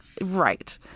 Right